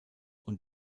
und